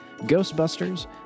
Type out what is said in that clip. Ghostbusters